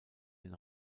den